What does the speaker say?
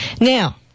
Now